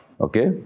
Okay